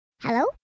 Hello